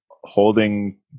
holding